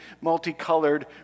multicolored